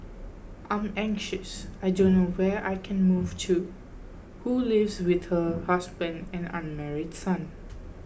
I'm anxious I don't know where I can move to who lives with her husband and unmarried son